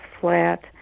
flat